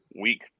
week